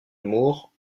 moore